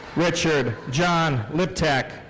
richard john liptack.